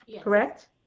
Correct